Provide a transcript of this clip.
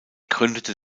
gründete